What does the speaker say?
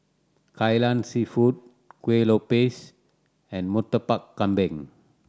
Kai Lan Seafood Kuih Lopes and Murtabak Kambing